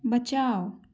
बचाओ